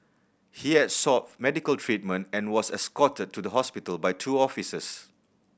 he had sought medical treatment and was escorted to the hospital by two officers